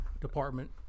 department